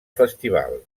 festival